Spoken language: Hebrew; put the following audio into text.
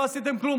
לא עשיתם כלום.